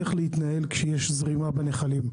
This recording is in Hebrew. איך להתנהל כשיש זרימה בנחלים.